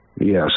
yes